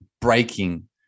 breaking